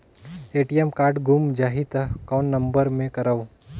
ATM card गुम जाही त कौन नम्बर मे करव?